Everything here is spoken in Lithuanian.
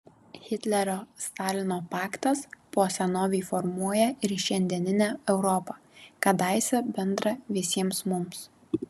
hitlerio stalino paktas po senovei formuoja ir šiandieninę europą kadaise bendrą visiems mums